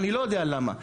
אני לא יודע למה.